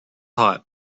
hot